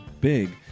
big